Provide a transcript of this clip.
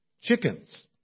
chickens